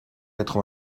quatre